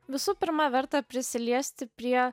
visų pirma verta prisiliesti prie